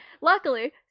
Luckily